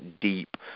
deep